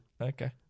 Okay